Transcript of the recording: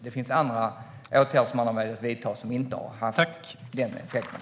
Det finns andra åtgärder som hade kunnat vidtas men som inte hade haft den effekten.